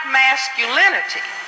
masculinity